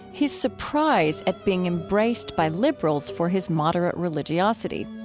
his surprise at being embraced by liberals for his moderate religiosity.